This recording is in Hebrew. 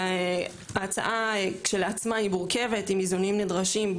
ההצעה כשלעצמה היא מורכבת עם איזונים נדרשים,